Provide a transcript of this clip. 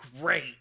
great